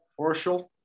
Horschel